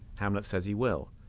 hamlet says he will.